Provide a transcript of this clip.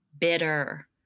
bitter